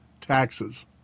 taxes